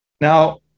Now